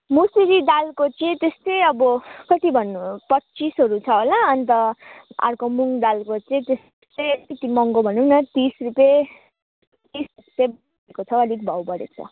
मुसुरी दालको चाहिँ त्यस्तै अब कति भन्नु पचिसहरू छ होला अन्त अर्को मुङ्ग दालको चाहिँ त्यस्तै अलिक महँगो भनौँ न तिस रुपियाँ तिस रुपियाँ भएको छ अलिक भाउ बढेको छ